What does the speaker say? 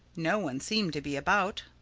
no one seemed to be about.